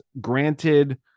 granted